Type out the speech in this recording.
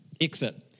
Exit